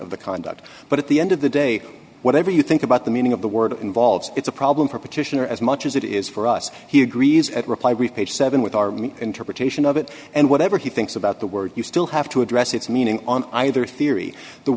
of the conduct but at the end of the day whatever you think about the meaning of the word involves it's a problem for petitioner as much as it is for us he agrees at reply brief page seven with army interpretation of it and whatever he thinks about the word you still have to address its meaning on either theory the